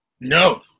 No